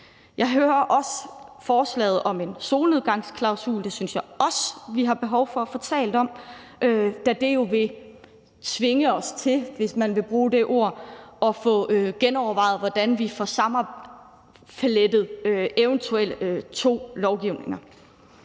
Jeg hører også forslaget om en solnedgangsklausul; det synes jeg også vi har behov for at få talt om, da det jo vil tvinge os til, hvis man vil bruge det ord, at få genovervejet, hvordan vi får sammenflettet to lovgivninger.